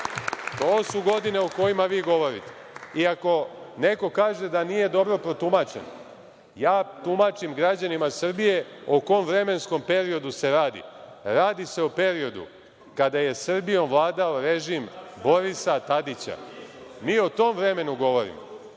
To su godine o kojima vi govorite. I ako neko kaže da nije dobro protumačen, ja tumačim građanima Srbije o kom vremenskom periodu se radi. Radi se o periodu kada je Srbijom vladao režim Borisa Tadića. Mi o tom vremenu govorimo.